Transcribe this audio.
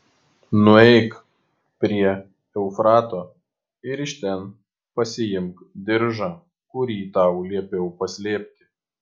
nueik prie eufrato ir iš ten pasiimk diržą kurį tau liepiau paslėpti